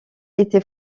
été